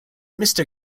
mister